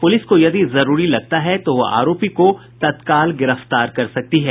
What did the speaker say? police को यदि जरूरी लगता है तो वह आरोपी को तत्काल गिरफ्तार कर सकती है